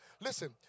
listen